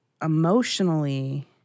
emotionally